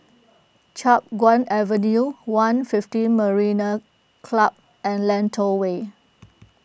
Chiap Guan Avenue one fifteen Marina Club and Lentor Way